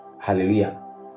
Hallelujah